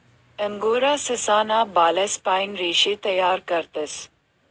angora ससा ना बालेस पाइन रेशे तयार करतस